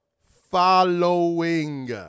following